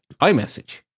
iMessage